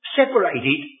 separated